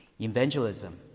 Evangelism